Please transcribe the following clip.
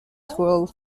school